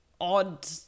odd